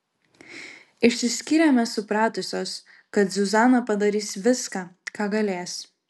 išsiskyrėme supratusios kad zuzana padarys viską ką galės